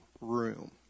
room